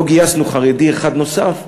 לא גייסנו חרדי אחד נוסף,